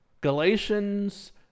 Galatians